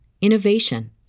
innovation